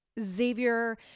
Xavier